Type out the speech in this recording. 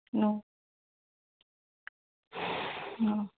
no no